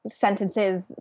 sentences